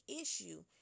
issue